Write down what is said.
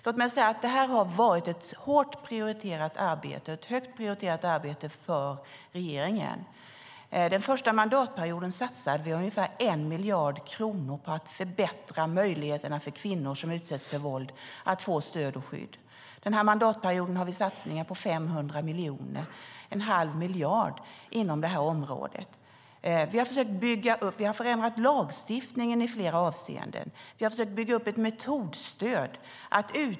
Låt mig säga att det här varit ett hårt och högt prioriterat arbete för regeringen. Den första mandatperioden satsade vi ungefär 1 miljard kronor på att förbättra möjligheterna för kvinnor som utsatts för våld att få stöd och skydd. Den här mandatperioden har vi satsningar på 500 miljoner, 1⁄2 miljard, inom det här området.